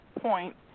point